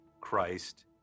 Christ